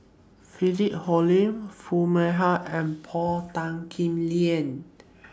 Philip Hoalim Foo Mee Har and Paul Tan Kim Liang